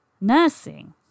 nursing